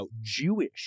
Jewish